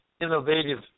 innovative